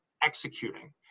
executing